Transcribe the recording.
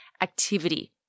activity